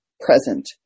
Present